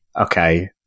okay